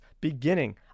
beginning